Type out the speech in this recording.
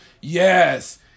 Yes